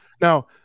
now